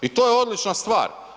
I to je odlična stvar.